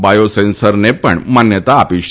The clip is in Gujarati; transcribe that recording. બાયોસેન્સરને પણ માન્યતા આપી હતી